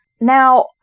Now